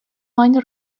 wine